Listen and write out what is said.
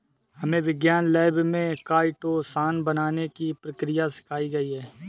हमे विज्ञान लैब में काइटोसान बनाने की प्रक्रिया सिखाई गई